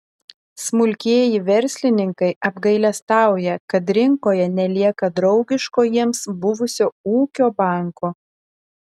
smulkieji verslininkai apgailestauja kad rinkoje nelieka draugiško jiems buvusio ūkio banko